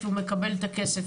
הוא מקבל את הכסף.